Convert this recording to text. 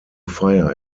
fire